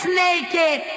naked